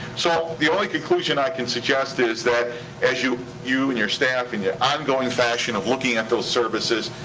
so the only conclusion i can suggest is that as you you and your staff in your ongoing fashion of looking at those services,